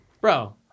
bro